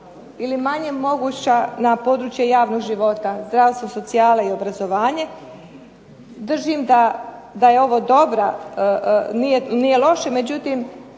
je manje moguća na području javnog života, zdravstvo, socijala i obrazovanje. Držim da je ovo dobra, nije loše. Međutim